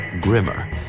grimmer